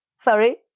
Sorry